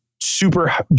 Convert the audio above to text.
super